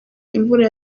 imvura